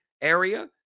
area